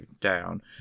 down